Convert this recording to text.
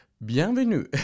bienvenue